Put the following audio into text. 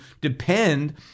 depend